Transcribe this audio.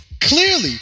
Clearly